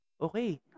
Okay